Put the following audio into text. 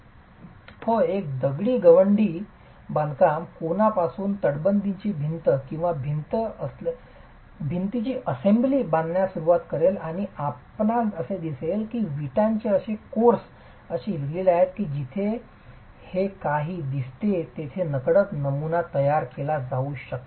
विद्यार्थीः होय विद्यार्थीः होय एक गवंडी दगडी बांधकाम कोनापासून तटबंदीची भिंत किंवा भिंती असेंबली बांधण्यास सुरवात करेल आणि आपणास असे दिसेल की विटांचे कोर्स असे लिहिलेले आहेत की येथे जे काही दिसते तेथे नकळत नमुना तयार केला जाऊ शकतो